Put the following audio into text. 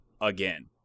again